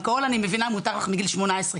אלכוהול אני מבינה מותר לך מגיל 18,